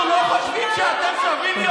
אנחנו לא חושבים שאתם שווים יותר.